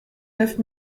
neuf